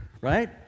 Right